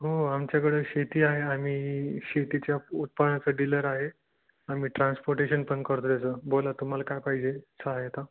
हो आमच्याकडं शेती आहे आम्ही शेतीच्या उत्पन्नाचं डीलर आहे आम्ही ट्रान्सपोर्टेशन पण करतो त्याचं बोला तुम्हाला काय पाहिजे सहायता